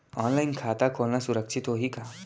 Online खाता खोलना सुरक्षित होही का?